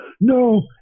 No